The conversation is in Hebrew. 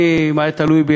אם זה היה תלוי בי,